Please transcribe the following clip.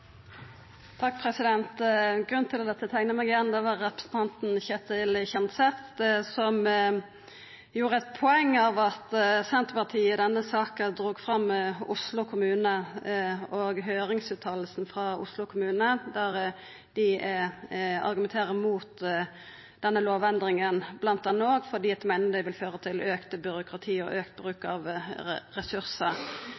til at eg måtte teikna meg igjen, var representanten Ketil Kjenseth, som gjorde eit poeng av at Senterpartiet i denne saka drog fram Oslo kommune, høyringsfråsegna frå Oslo kommune, der dei argumenterer mot denne lovendringa, bl.a. fordi dei meiner det vil føra til auka byråkrati og